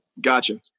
Gotcha